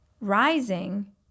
Rising